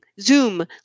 Zoom